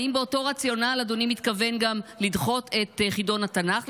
האם באותו רציונל אדוני מתכוון גם לדחות את חידון התנ"ך,